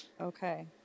okay